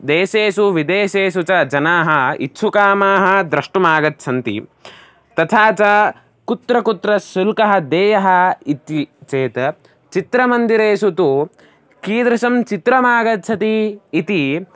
देशेषु विदेशेषु च जनाः इच्छु कामाः द्रष्टुम् आगच्छन्ति तथा च कुत्र कुत्र शुल्कः देयः इति चेत् चित्रमन्दिरेषु तु कीदृशं चित्रमागच्छति इति